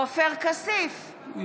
כסיף,